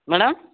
madam